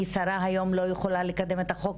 אני שרה היום ולא יכולה לקדם את החוק,